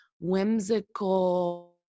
whimsical